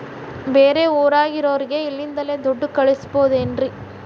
ಬೇರೆ ಊರಾಗಿರೋರಿಗೆ ಇಲ್ಲಿಂದಲೇ ದುಡ್ಡು ಕಳಿಸ್ಬೋದೇನ್ರಿ?